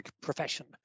profession